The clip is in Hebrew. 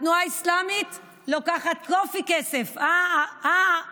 התנועה האסלאמית לוקחת יופי של כסף, אה, חמד?